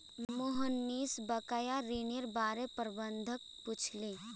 मोहनीश बकाया ऋनेर बार प्रबंधक पूछले